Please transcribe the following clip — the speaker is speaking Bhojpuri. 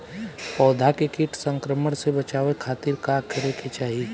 पौधा के कीट संक्रमण से बचावे खातिर का करे के चाहीं?